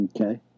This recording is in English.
Okay